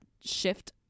shift